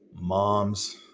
moms